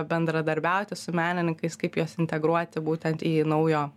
bendradarbiauti su menininkais kaip juos integruoti būtent į naujo